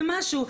זה משהו.